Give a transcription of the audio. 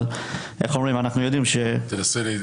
תנסה לקצר.